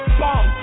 bomb